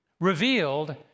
revealed